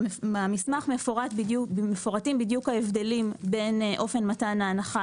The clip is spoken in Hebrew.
במסמך מפורטים בדיוק ההבדלים בין אופן מתן ההנחה